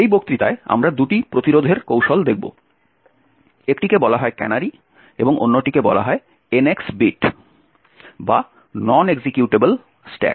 এই বক্তৃতায় আমরা দুটি প্রতিরোধের কৌশল দেখব একটিকে বলা হয় ক্যানারি এবং অন্যটিকে বলা হয় এন এক্স বিট বা নন এক্সিকিউটেবল স্ট্যাক